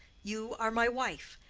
you are my wife.